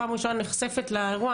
פעם ראשונה נחשפת לאירוע,